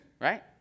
right